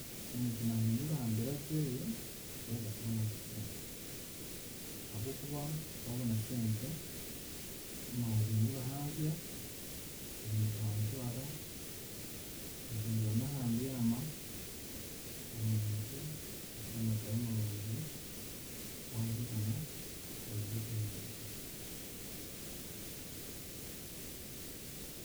Omuntu naahindura aha mbeera zeeye, yaaheza kubana nk'esente. Ahabw'okuba waabona sente, noohindura aha ndya, ohindura aha njwara, ohindura n'ahambyama, omuntu agira amagara marungi, waamubugana, aho oreebe kwahindukire.